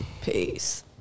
Peace